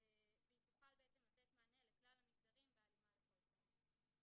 והיא תוכל לתת מענה לכלל המגזרים בהלימה לכל צורך.